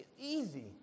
Easy